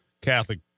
Catholic